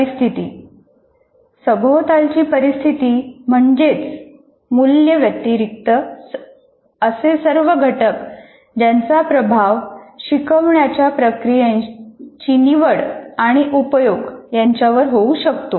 परिस्थिती सभोवतालची परिस्थिती म्हणजेच मूल्यं व्यतिरिक्त असे सर्व घटक ज्यांचा प्रभाव शिकवण्याच्या प्रक्रियांची निवड आणि उपयोग यांच्यावर होऊ शकतो